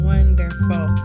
Wonderful